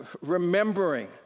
remembering